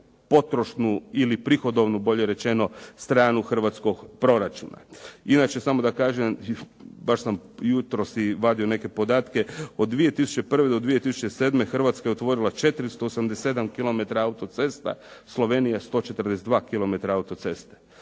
potrošnu ili prihodovnu bolje rečeno stranu hrvatskog proračuna. Inače samo da kažem, baš sam jutros i vadio neke podatke, od 2001. do 2007. Hrvatska je otvorila 487 kilometara autocesta, Slovenija 142 kilometra autoceste.